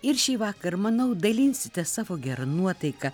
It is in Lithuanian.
ir šįvakar manau dalinsitės savo gera nuotaika